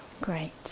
Great